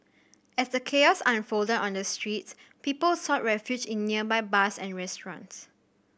as the chaos unfolded on the streets people sought refuge in nearby bars and restaurants